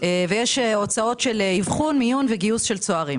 ויש הוצאות של אבחון, מיון וגיוס צוערים.